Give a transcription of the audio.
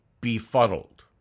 befuddled